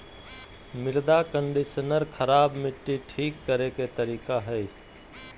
मृदा कंडीशनर खराब मट्टी ठीक करे के तरीका हइ